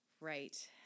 Right